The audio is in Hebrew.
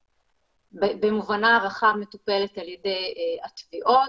במובנה הרחב מטופלת על ידי התביעות.